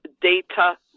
data